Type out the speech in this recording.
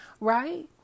right